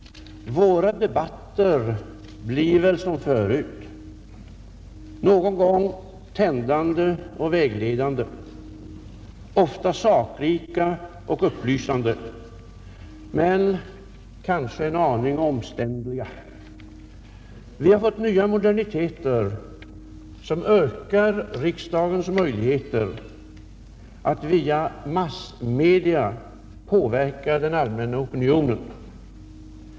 Våra debatter blir väl som förut: någon gång tändande och vägledande, ofta sakrika och upplysande, men kanske en aning omständliga. Vi har fått nya moderniteter, som ökar riksdagens möjligheter att via massmedia påverka den allmänna opinionen.